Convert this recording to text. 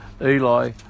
Eli